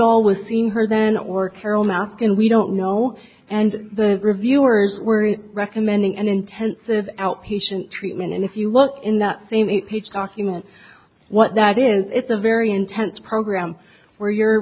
always seen her then or carol mask and we don't know and the reviewers were recommending an intensive outpatient treatment and if you look in the scene page document what that is it's a very intense program where you